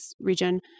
region